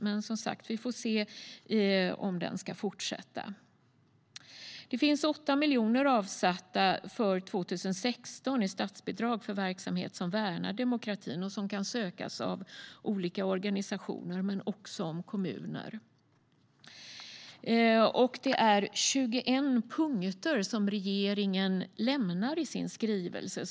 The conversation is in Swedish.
Vi får som sagt se om den ska fortsätta. Det finns 8 miljoner kronor avsatta för 2016 i statsbidrag för verksamhet som värnar demokratin. Bidraget kan sökas av olika organisationer men också av kommuner. Regeringen uppger 21 punkter i sin skrivelse.